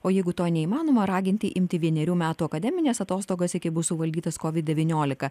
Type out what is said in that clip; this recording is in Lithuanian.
o jeigu to neįmanoma raginti imti vienerių metų akademines atostogas iki bus suvaldytas kovid devyniolika